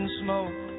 smoke